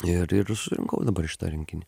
ir ir surinkau dabar šitą rinkinį